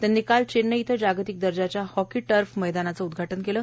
त्यांनी काल चेव्नई इथं जागतिक दर्जाच्या हॉकी मैदानाचं उद्घाटव केलं